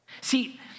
See